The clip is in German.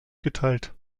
geteilt